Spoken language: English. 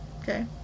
Okay